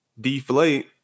deflate